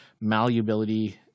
malleability